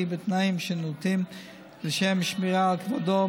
בתנאים נאותים לשם שמירה על כבודו,